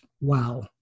wow